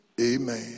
Amen